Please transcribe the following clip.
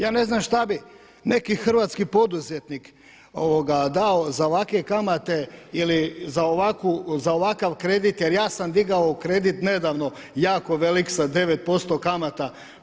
Ja ne znam šta bi neki hrvatski poduzetnik dao za ovakve kamate ili za ovakav kredit, jer ja sam digao kredit nedavno jako velik sa 9% kamata.